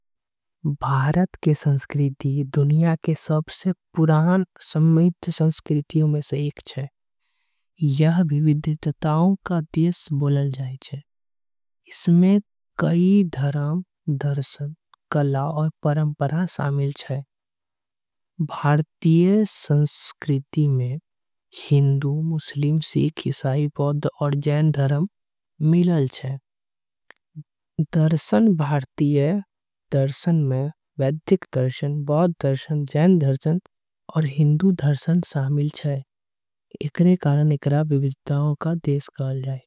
भारत के संस्कृति दुनिया के सबसे पुरान समृद्ध। संस्कृति में से एक हे यह विविधता के संस्कृति। बोले जाये छे एमे कई धर्म कला आऊ परंपरा। शामिल हे भारतीय संस्कृति में हिंदू मुस्लिम सिख। ईसाई बौद्ध आऊ जैन धर्म मिलल छे दर्शन। भारतीय दर्शन में वैदिक दर्शन बौद्ध दर्शन जैन। दर्शन आऊ हिन्दूदर्शन शामिल हे एकर कारण। एला विविधता के देश कहल जाई।